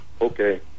Okay